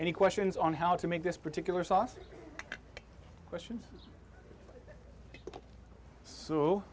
any questions on how to make this particular sausage questions so